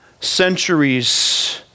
centuries